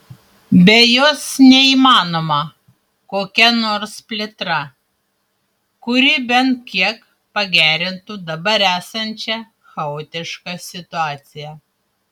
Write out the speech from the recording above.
be jos neįmanoma kokia nors plėtra kuri bent kiek pagerintų dabar esančią chaotišką situaciją